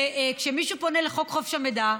וכשמישהו פונה לפי חוק חופש המידע,